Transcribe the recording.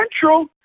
Central